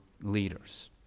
leaders